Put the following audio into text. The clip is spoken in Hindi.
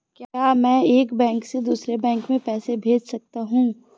क्या मैं एक बैंक से दूसरे बैंक में पैसे भेज सकता हूँ?